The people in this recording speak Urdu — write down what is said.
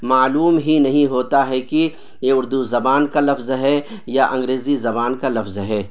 معلوم ہی نہیں ہوتا ہے کہ یہ اردو زبان کا لفظ ہے یا انگریزی زبان کا لفظ ہے